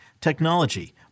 technology